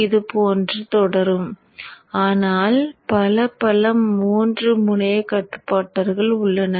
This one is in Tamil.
இது போன்ற ஒரு தொடர் ஆனால் பல பல மூன்று முனைய கட்டுப்பாட்டாளர்கள் உள்ளன